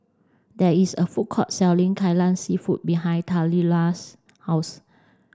there is a food court selling Kai lan Seafood behind Taliyah's house